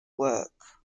work